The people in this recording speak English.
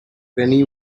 penny